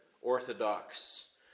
orthodox